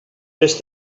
vés